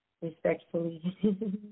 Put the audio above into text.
respectfully